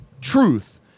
Truth